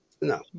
no